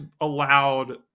allowed